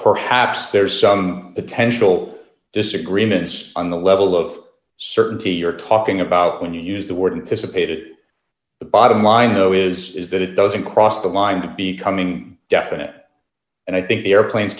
perhaps there's some potential disagreements on the level of certainty you're talking about when you use the word and to support it the bottom line though is is that it doesn't cross the line to be coming definite and i think the airplanes